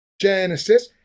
Genesis